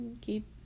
keep